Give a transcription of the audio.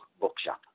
bookshop